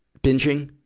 binging,